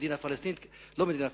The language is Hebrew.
מדינה פלסטינית או לא מדינה פלסטינית.